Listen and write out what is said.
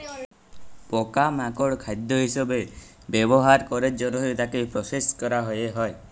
পকা মাকড় খাদ্য হিসবে ব্যবহার ক্যরের জনহে তাকে প্রসেস ক্যরা হ্যয়ে হয়